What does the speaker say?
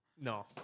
No